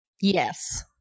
Yes